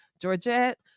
Georgette